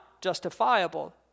justifiable